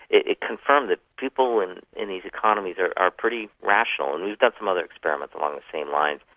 it confirmed that people in in these economies are are pretty rational. and we've done some other experiments along the same lines.